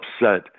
upset